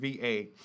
VA